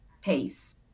pace